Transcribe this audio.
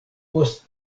post